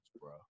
bro